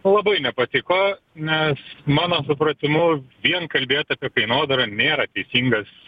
labai nepatiko nes mano supratimu vien kalbėt apie kainodarą nėra teisingas